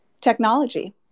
technology